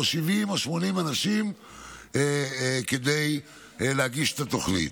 70 או 80 אנשים כדי להגיש את התוכנית.